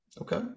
Okay